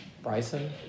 Bryson